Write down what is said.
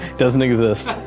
doesn't exist.